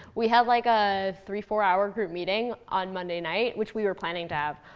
we had like a three, four-hour group meeting on monday night, which we were planning to have.